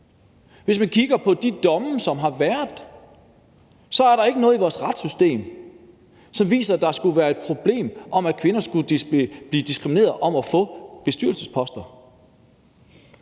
Hvis man kigger på de domme, som der har været, er der ikke noget i vores retssystem, som viser, at der skulle være et problem med, at kvinder skulle blive diskrimineret i forhold til at få bestyrelsesposter.